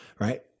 right